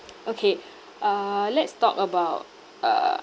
okay uh let's talk about uh